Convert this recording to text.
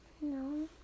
No